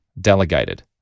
delegated